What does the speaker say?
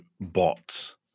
bots